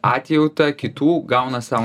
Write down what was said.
atjautą kitų gauna sau